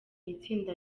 itsinda